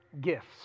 gifts